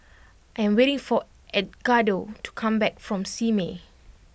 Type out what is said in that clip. I am waiting for Edgardo to come back from Simei